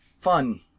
fun